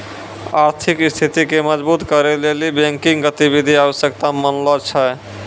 आर्थिक स्थिति के मजबुत करै लेली बैंकिंग गतिविधि आवश्यक मानलो जाय छै